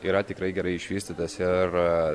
yra tikrai gerai išvystytas ir